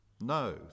No